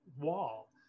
wall